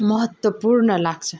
महत्त्वपूर्ण लाग्छ